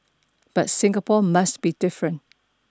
but Singapore must be different